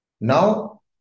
Now